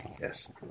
Yes